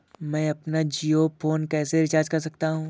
मैं अपना जियो फोन कैसे रिचार्ज कर सकता हूँ?